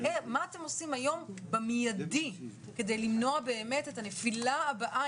מה אתם עושים היום במידי כדי למנוע את הנפילה הבאה.